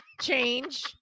change